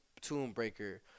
Tunebreaker